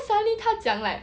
then suddenly 他讲 like